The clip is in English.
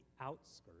outskirts